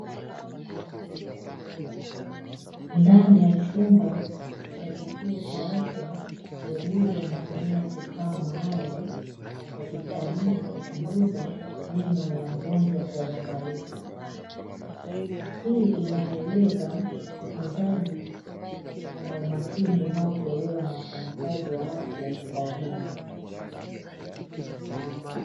Ndani ya chumba cha kituo cha afya, muuguzi anatumia kifaa maalumu cha kitabibu kuchunguza meno ya mgonjwa kwa uangalifu. Hii inaeleza utunzaji na umakini unaiotolewa na wafanyakazi wa afya kwa wagonjwa.